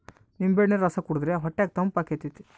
ನಿಂಬೆಹಣ್ಣಿನ ರಸ ಕುಡಿರ್ದೆ ಹೊಟ್ಯಗ ತಂಪಾತತೆ